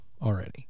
already